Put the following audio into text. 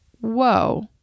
whoa